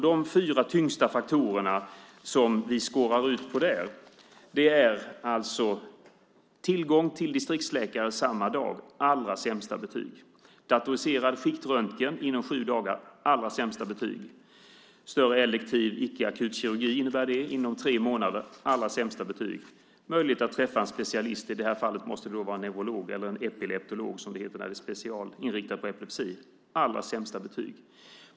De fyra tyngsta faktorerna som vi kan ta ut gäller tillgång till distriktsläkare samma dag, där vi får allra sämsta betyg, datoriserad skiktröntgen inom sju dagar, där vi får allra sämsta betyg, större elektiv icke-akut kirurgi inom tre månader, där vi får allra sämsta betyg, och möjlighet att träffa en specialist, i detta fall måste det vara en neurolog, eller epileptolog, som det heter när det är specialinriktat på epilepsi, där vi får allra sämsta betyg.